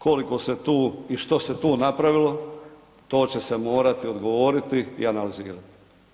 Koliko se tu i što se napravilo to će se morati odgovoriti i analizirati.